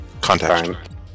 contact